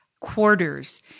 quarters